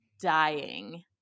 dying